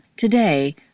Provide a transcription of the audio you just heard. Today